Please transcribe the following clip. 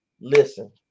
listen